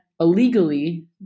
illegally